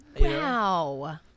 Wow